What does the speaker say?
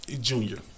Junior